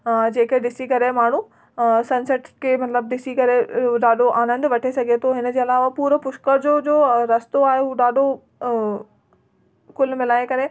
जेके ॾिसी करे माण्हू सनसेट खे मतिलबु ॾिसी करे ॾाढो आनंदु वठी सघे थो हिनजे अलावा पूरो पुष्कर जो रस्तो आहे उहो ॾाढो कुल मिलाए करे